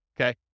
okay